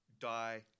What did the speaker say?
die